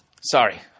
Sorry